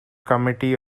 committee